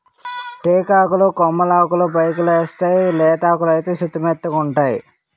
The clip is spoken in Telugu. టేకాకులు కొమ్మలాకులు పైకెలేస్తేయ్ లేతాకులైతే సుతిమెత్తగావుంటై